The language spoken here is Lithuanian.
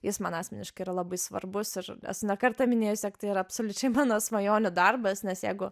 jis man asmeniškai yra labai svarbus ir esu ne kartą minėjusi jog tai yra absoliučiai mano svajonių darbas nes jeigu